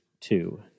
two